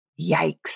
Yikes